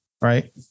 right